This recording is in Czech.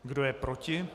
Kdo je proti?